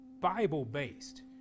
Bible-based